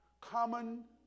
common